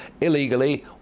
illegally